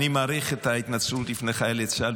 אני מעריך את ההתנצלות בפני חיילי צה"ל,